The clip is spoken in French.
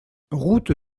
route